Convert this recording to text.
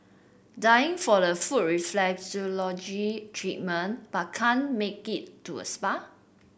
dying for a foot reflexology treatment but can't make it to a spa